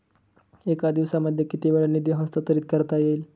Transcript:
एका दिवसामध्ये किती वेळा निधी हस्तांतरीत करता येईल?